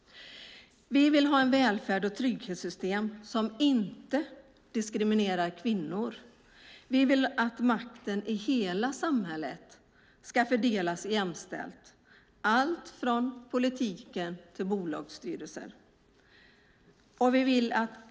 Vi vill ha en välfärd och ett trygghetssystem som inte diskriminerar kvinnor. Vi vill att makten i hela samhället ska fördelas jämställt, alltifrån politik till bolagsstyrelser.